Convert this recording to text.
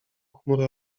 chmury